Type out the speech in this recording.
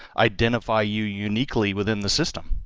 identify you uniquely within the system